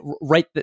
right